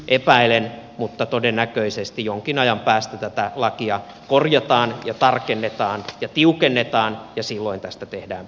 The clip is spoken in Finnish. epäilen mutta todennäköisesti jonkin ajan päästä tätä lakia korjataan ja tarkennetaan ja tiukennetaan ja silloin tästä tehdään pakollista